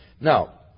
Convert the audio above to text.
Now